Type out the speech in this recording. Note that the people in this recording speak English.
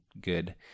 good